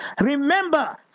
Remember